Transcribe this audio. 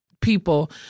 people